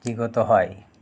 বিগত হয়